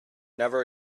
never